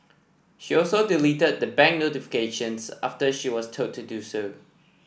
she also deleted the bank notifications after she was told to do so